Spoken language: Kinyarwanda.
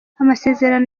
amasezerano